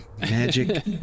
Magic